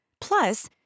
Plus